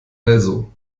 also